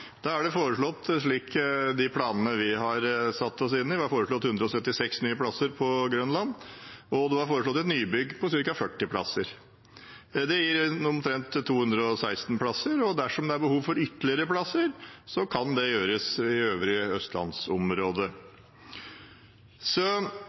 Det var foreslått 176 nye plasser på Grønland, ifølge de planene vi har satt oss inn i, og det var foreslått et nybygg på ca. 40 plasser. Det gir omtrent 216 plasser, og dersom det er behov for ytterligere plasser, kan det skaffes i det øvrige